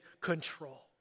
control